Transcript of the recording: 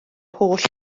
holl